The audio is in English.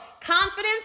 Confidence